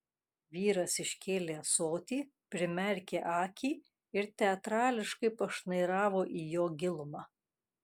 vyras iškėlė ąsotį primerkė akį ir teatrališkai pašnairavo į jo gilumą